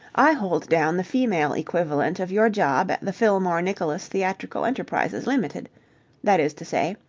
i hold down the female equivalent of your job at the fillmore nicholas theatrical enterprises ltd that is to say,